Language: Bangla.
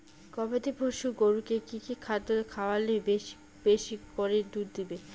গবাদি পশু গরুকে কী কী খাদ্য খাওয়ালে বেশী বেশী করে দুধ দিবে?